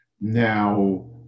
Now